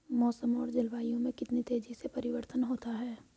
मौसम और जलवायु में कितनी तेजी से परिवर्तन होता है?